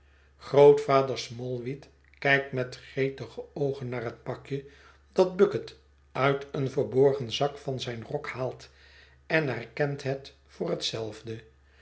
grootvader smallweed kijkt met gretige oogen naar het pakje dat bucket uit een verborgen zak van zijn rok haalt en herkent het voor hetzelfde